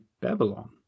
Babylon